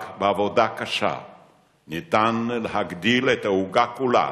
רק בעבודה קשה ניתן להגדיל את העוגה כולה